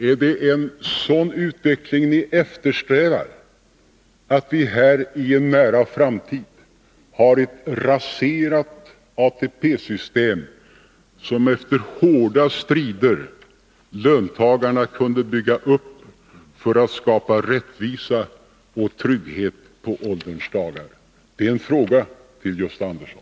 Är det en sådan utveckling ni eftersträvar att vi här i en nära framtid kommer att ha ett raserat ATP-system i stället för det som löntagarna efter hårda strider kunde bygga upp för att skapa rättvisa och trygghet på ålderns dagar? Det är en fråga till Gösta Andersson.